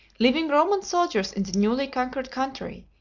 leaving roman soldiers in the newly conquered country,